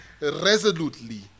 resolutely